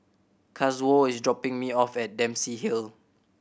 Kazuo is dropping me off at Dempsey Hill